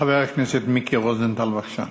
חבר הכנסת מיקי רוזנטל, בבקשה.